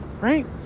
Right